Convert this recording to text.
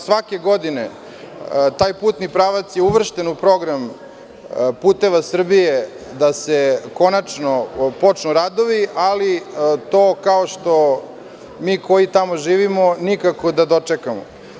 Svake godine, taj putni pravac je uvršten u program „Putevi Srbije“ da se konačno otpočnu radovi, alimi koji tamo živimo, to nikako da dočekamo.